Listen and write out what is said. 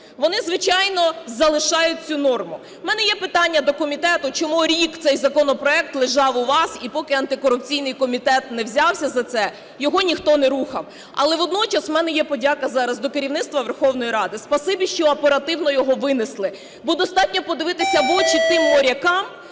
вони, звичайно, залишають цю норму. У мене є питання до комітету. Чому рік цей законопроект лежав у вас і поки антикорупційний комітет не взявся за це, його ніхто не рухав? Але водночас у мене є подяка зараз до керівництва Верховної Ради: спасибі, що оперативно його винесли. Бо достатньо подивитися в очі тим морякам,